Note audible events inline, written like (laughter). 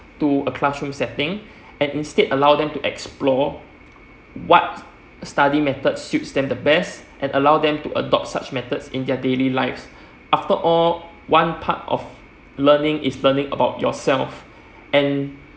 to a classroom setting (breath) and instead allow them to explore (noise) what study methods should stand the best and allow them to adopt such methods in their daily lives (breath) after all one part of learning is learning about yourself (breath) and